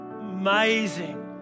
amazing